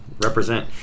Represent